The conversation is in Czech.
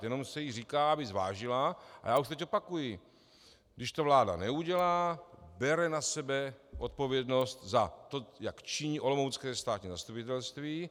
Jenom se jí říká, aby zvážila a já už teď opakuji, když to vláda neudělá, bere na sebe odpovědnost za to, jak činí olomoucké státní zastupitelství.